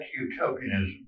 utopianism